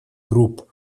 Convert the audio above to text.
групп